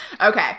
Okay